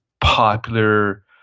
popular